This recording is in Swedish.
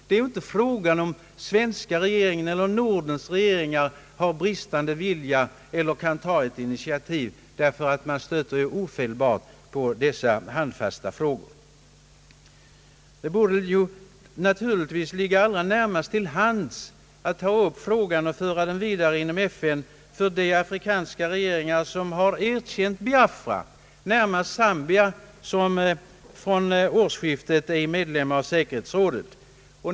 Frågan gäller inte om den svenska regeringen eller de nordiska regeringarna har bristande vilja eller initiativförmåga, ty man skulle omedelbart stöta på dessa handfasta politiska realiteter. Att ta upp frågan och föra den vidare inom FN:s ram borde naturligtvis ligga allra närmast till hands för de afrikanska regeringar som erkänt Biafra, då i första hand för Zambia som från årsskiftet är medlem av säkerhetsrådet.